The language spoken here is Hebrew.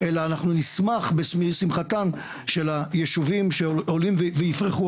אלא אנחנו נשמח בשמחתם של היישובים שעולים ויפרחו,